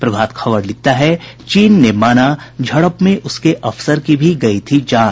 प्रभात खबर लिखता है चीन ने माना झड़प में उसके अफसर की भी गयी थी जान